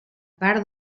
part